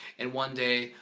and, one day,